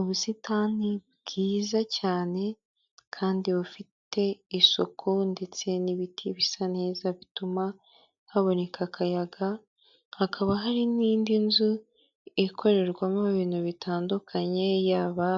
Ubusitani bwiza cyane kandi bufite isuku ndetse n'ibiti bisa neza bituma haboneka akayaga hakaba hari n'indi nzu ikorerwamo ibintu bitandukanye yaba